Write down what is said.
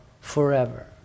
forever